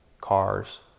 cars